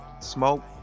smoke